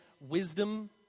wisdom